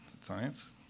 Science